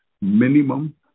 minimum